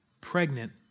pregnant